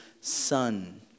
son